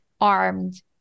armed